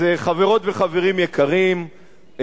אז חברות וחברים יקרים,